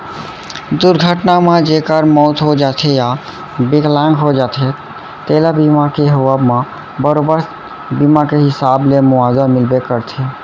दुरघटना म जेकर मउत हो जाथे या बिकलांग हो जाथें तेला बीमा के होवब म बरोबर बीमा के हिसाब ले मुवाजा मिलबे करथे